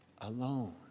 Alone